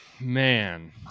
Man